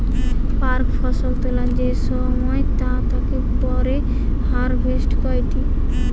প্রাক ফসল তোলা যে সময় তা তাকে পরে হারভেস্ট কইটি